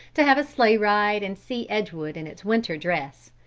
to have a sleigh ride and see edgewood in its winter dress.